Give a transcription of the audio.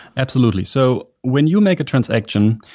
absolutely. so when you make a transaction,